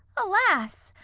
alas!